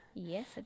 Yes